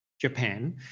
Japan